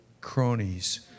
cronies